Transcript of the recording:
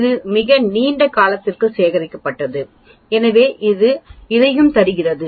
இது மிக நீண்ட காலத்திற்குள் சேகரிக்கப்படுகிறது எனவே இது இதையும் இதையும் தருகிறது